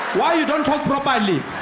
why you don't talk properly?